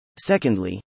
Secondly